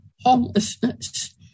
homelessness